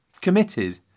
committed